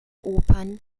opern